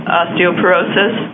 osteoporosis